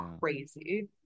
crazy